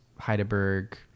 heidelberg